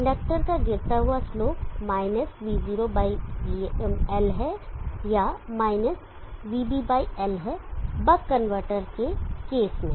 inductor का गिरता हुआ slope - v0 by L - v0 by L है या - vB by L - vB by L है बक कनवर्टर के केस में